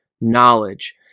knowledge